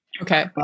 Okay